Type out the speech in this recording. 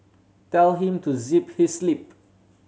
tell him to zip his lip